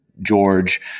George